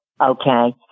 okay